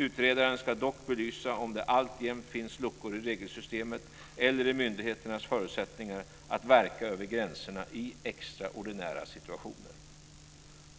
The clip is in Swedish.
Utredaren ska dock belysa om det alltjämt finns luckor i regelsystemet eller i myndigheternas förutsättningar att verka över gränserna i extraordinära situationer.